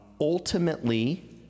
Ultimately